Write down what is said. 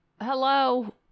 Hello